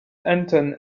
anton